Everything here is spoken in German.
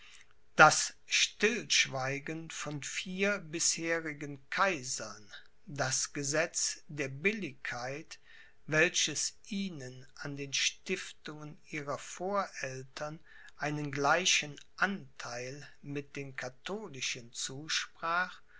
das stillschweigen von vier bisherigen kaisern das gesetz der billigkeit welches ihnen an den stiftungen ihrer voreltern einen gleichen antheil mit den katholischen zusprach